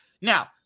Now